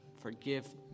Forgive